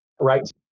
right